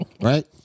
Right